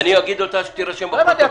אני מגיש רוויזיה על ההצבעה.